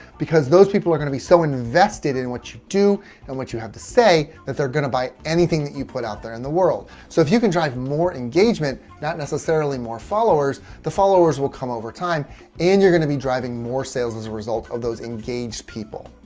because those people are going to be so invested in what you do and what you have to say that they're going to buy anything that you put out there in the world. so if you can drive more engagement, not necessarily more followers, the followers will come over time and you're going to be driving more sales as a result of those engaged people.